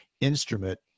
instrument